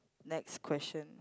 next question